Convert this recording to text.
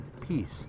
peace